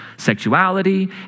sexuality